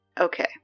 Okay